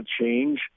change